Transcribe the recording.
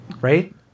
right